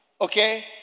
okay